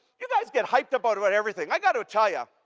you guys get hyped up but about everything. i gotta tell you.